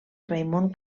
raimon